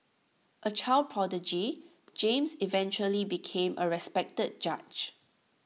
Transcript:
A child prodigy James eventually became A respected judge